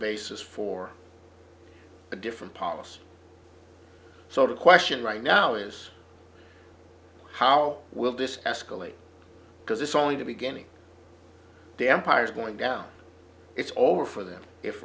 basis for a different policy so the question right now is how will this escalate because it's only the beginning the empire is going down it's all over for them if